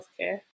healthcare